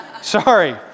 Sorry